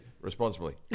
responsibly